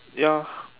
ya